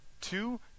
Two